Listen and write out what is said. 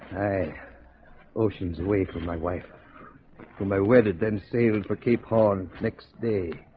high oceans away from my wife for my wedded then sailed for cape horn next day